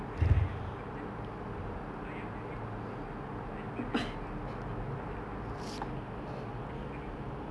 I like ayam but then ayam dia kecik sangat then banyak tulang then tak ada isi like nak makan apa